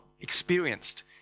experienced